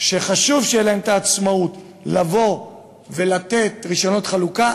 שחשוב שתהיה להם העצמאות לבוא ולתת רישיונות חלוקה,